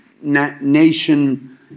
nation